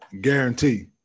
Guarantee